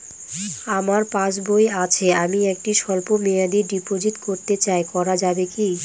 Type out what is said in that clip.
আমার পাসবই আছে আমি একটি স্বল্পমেয়াদি ডিপোজিট করতে চাই করা যাবে কি?